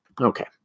Okay